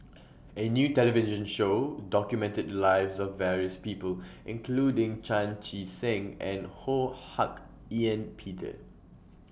A New television Show documented The Lives of various People including Chan Chee Seng and Ho Hak Ean Peter